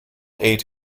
eight